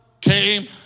came